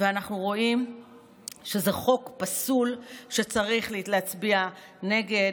ואנחנו רואים שזה חוק פסול שצריך להצביע נגדו.